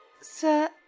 Sir